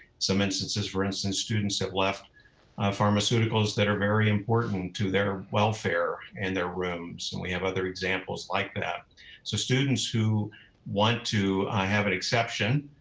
some instances, for instance, students have left pharmaceuticals that are very important to their welfare in and their rooms, and we have other examples like that. so students who want to, i have an exception,